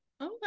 okay